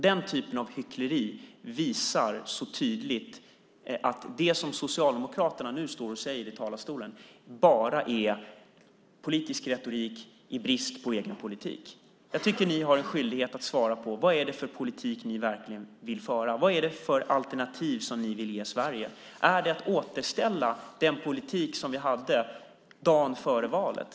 Den typen av hyckleri visar tydligt att det som Socialdemokraterna nu står och säger i talarstolen bara är politisk retorik i brist på egen politik. Jag tycker att ni har en skyldighet att svara på vad det är för politik som ni verkligen vill föra. Vad är det för alternativ som ni vill ge Sverige? Är det att återställa den politik som vi hade dagen före valet?